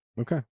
Okay